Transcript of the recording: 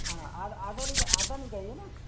हाँ आद आदानी आदानी का ही है ना